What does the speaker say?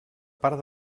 part